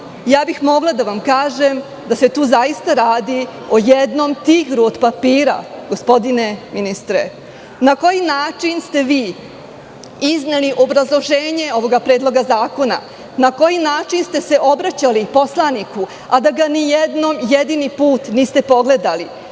bih da vam kažem da se tu zaista radi o jednom tigru od papira. Na koji način ste vi izneli obrazloženje ovoga predloga zakona? Na koji način ste se obraćali poslaniku, a da ga ni jedan jedini put niste pogledali,